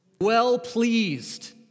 Well-pleased